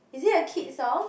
is it a kids song